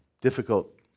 difficult